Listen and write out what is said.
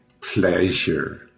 pleasure